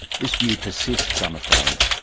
this view persists, i'm afraid.